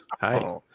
Hi